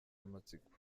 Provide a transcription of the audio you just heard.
amatsiko